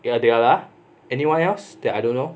adela anyone else that I don't know